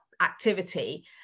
activity